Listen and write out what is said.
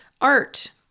art